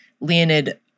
Leonid